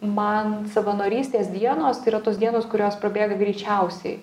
man savanorystės dienos yra tos dienos kurios prabėga greičiausiai